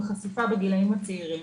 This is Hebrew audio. החשיפה בגילאים הצעירים.